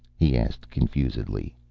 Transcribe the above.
he asked confusedly.